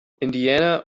indiana